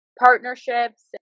partnerships